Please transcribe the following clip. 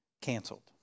Canceled